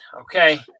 Okay